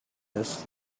this